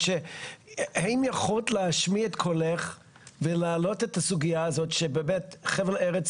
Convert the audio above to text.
האם יכולת להשמיע את קולך ולהעלות את הסוגיה זאת שחבל ארץ